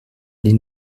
les